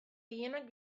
gehienak